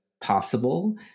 possible